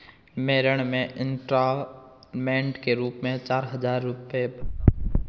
मैं ऋण के इन्स्टालमेंट के रूप में चार हजार रुपए भरता हूँ